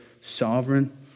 sovereign